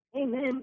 Amen